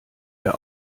der